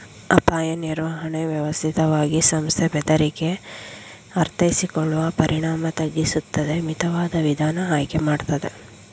ಅಪಾಯ ನಿರ್ವಹಣೆ ವ್ಯವಸ್ಥಿತವಾಗಿ ಸಂಸ್ಥೆ ಬೆದರಿಕೆ ಅರ್ಥೈಸಿಕೊಳ್ಳುವ ಪರಿಣಾಮ ತಗ್ಗಿಸುತ್ತದೆ ಮಿತವಾದ ವಿಧಾನ ಆಯ್ಕೆ ಮಾಡ್ತದೆ